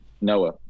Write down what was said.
Noah